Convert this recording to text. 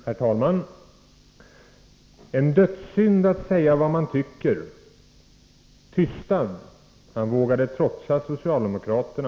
Herr talman! ”En dödssynd att säga vad man tycker.” ”TYSTAD — han vågade trotsa socialdemokraterna .